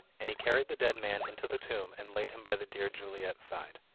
and he carried the dead man into the tomb and laid him by the dear juliet's side.